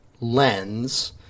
lens